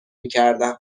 میکردم